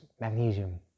magnesium